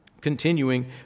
Continuing